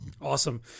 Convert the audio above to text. awesome